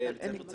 בבית ספר "צפית",